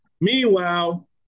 Meanwhile